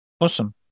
Awesome